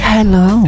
Hello